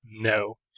No